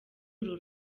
uru